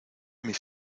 mis